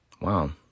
Wow